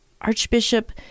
archbishop